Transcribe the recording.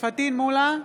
פטין מולא,